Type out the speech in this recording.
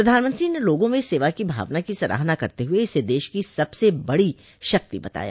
प्रधानमंत्री ने लोगों में सेवा की भावना की सराहना करते हुए इसे देश की सबसे बड़ी शक्ति बताया